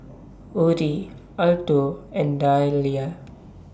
Orie Alto and Dalia